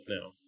now